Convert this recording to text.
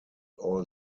all